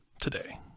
today